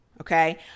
okay